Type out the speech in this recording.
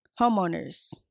homeowners